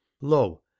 lo